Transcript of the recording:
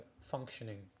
functioning